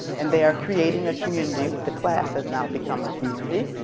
and they are creating a community, the class has now become a community.